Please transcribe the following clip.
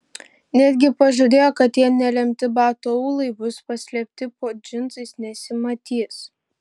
netgi pažadėjo kad tie nelemti batų aulai bus paslėpti po džinsais nesimatys